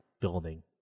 building